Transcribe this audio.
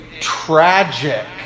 tragic